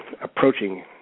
approaching